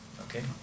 okay